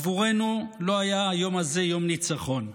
עבורנו לא היה היום הזה יום ניצחון,